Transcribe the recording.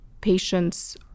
patients